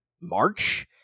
March